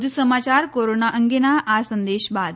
વધુ સમાચાર કોરોના અંગેના આ સંદેશ બાદ